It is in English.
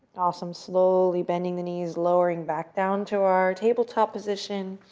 awesome. slowly bending the knees, lowering back down to our tabletop position.